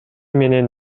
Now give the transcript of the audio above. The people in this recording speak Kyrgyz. менен